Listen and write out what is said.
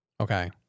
Okay